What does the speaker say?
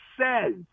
says